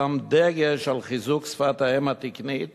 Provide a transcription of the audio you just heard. שם דגל של חיזוק שפת האם התקנית